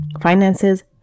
finances